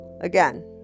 again